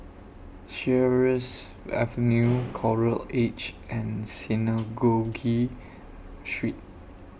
Sheares Avenue Coral Edge and Synagogue Street